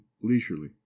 leisurely